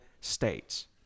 states